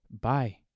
bye